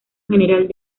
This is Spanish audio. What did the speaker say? general